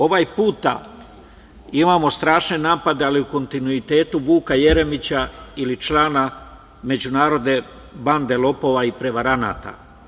Ovaj put imamo strašne napade, ali u kontinuitetu Vuka Jeremića ili člana međunarodne bande lopova i prevaranata.